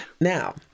Now